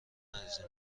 نریزیم